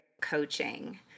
Coaching